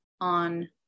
on